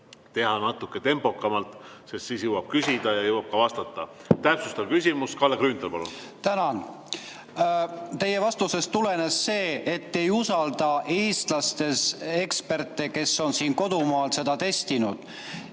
teha natuke tempokamalt, sest siis jõuab küsida ja jõuab ka vastata. Täpsustav küsimus. Kalle Grünthal, palun! Tänan! Teie vastusest tulenes see, et te ei usalda eestlastest eksperte, kes on siin kodumaal seda kõike testinud.